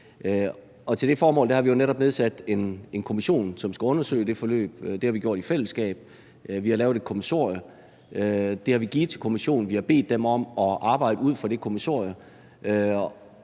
Til det formål har vi jo netop nedsat en kommission, som skal undersøge det forløb. Det har vi gjort i fællesskab. Vi har lavet et kommissorium. Det har vi givet til kommissionen. Vi har bedt dem om at arbejde ud fra det kommissorium.